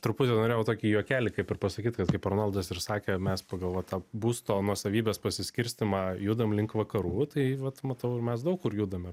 truputį norėjau tokį juokelį kaip ir pasakyt kad kaip arnoldas ir sakė mes pagal va tą būsto nuosavybės pasiskirstymą judam link vakarų tai vat matau ir mes daug kur judame